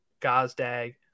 Gazdag